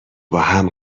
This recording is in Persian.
باهم